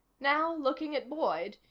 now, looking at boyd,